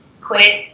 quit